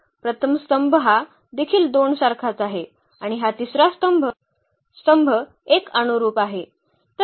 प्रथम स्तंभ हा देखील 2 सारखाच आहे आणि हा तिसरा स्तंभ 1 अनुरुप आहे